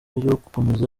gukomeza